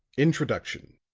introduction